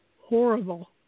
Horrible